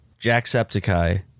Jacksepticeye